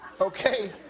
Okay